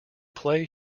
play